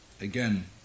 Again